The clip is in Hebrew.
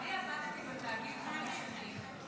-- אני עבדתי בתאגיד חמש שנים.